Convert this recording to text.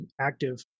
active